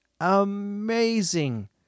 amazing